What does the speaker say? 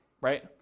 right